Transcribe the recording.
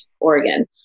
Oregon